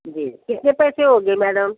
जी कितने पैसे हो गए मैडम